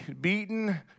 beaten